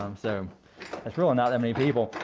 um so it's really not that many people.